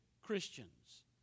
Christians